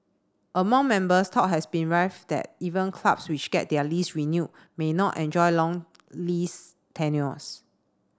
among members talk has been rife that even clubs which get their lease renewed may not enjoy long lease tenures